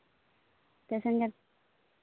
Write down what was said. passenger